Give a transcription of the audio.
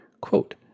Quote